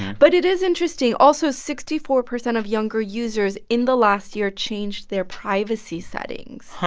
but it is interesting also, sixty four percent of younger users, in the last year, changed their privacy settings.